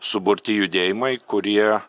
suburti judėjimai kurie